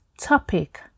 topic